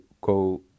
go